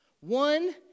one